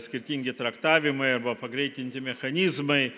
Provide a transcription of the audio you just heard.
skirtingi traktavimai arba pagreitinti mechanizmai